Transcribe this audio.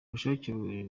bushake